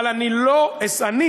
אבל אני, אני,